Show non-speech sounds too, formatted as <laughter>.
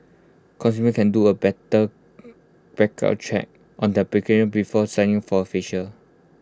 consumers can do A better <noise> background check on their <unintelligible> before signing for A facial